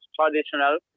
traditional